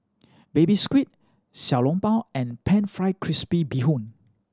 Baby Squid Xiao Long Bao and Pan Fried Crispy Bee Hoon